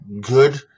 good